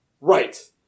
Right